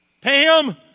Pam